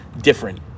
different